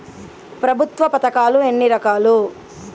ప్రభుత్వ పథకాలు ఎన్ని రకాలు?